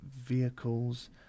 vehicles